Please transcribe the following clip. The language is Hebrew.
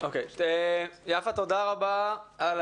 תודה רבה.